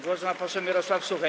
Głos ma poseł Mirosław Suchoń.